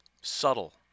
Subtle